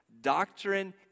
Doctrine